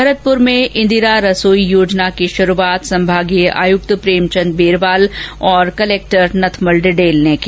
भरतपुर में इंदिरा रसोई की शुरुआत संभागीय आयुक्त प्रेमचंद बेरवाल और कलेक्टर नथमल डिडेल ने की